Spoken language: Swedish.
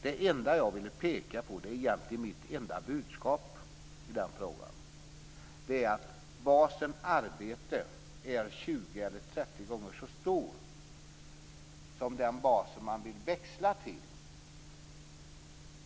Det enda jag ville peka på, och det är egentligen mitt enda budskap i den frågan, är att basen arbete är 20 eller 30 gånger så stor som den bas som man vill växla till.